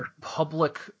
public